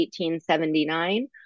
1879